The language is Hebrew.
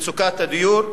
מצוקת הדיור,